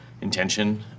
intention